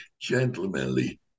gentlemanly